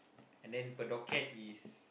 and then per docket is